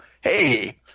hey